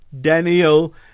Daniel